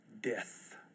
death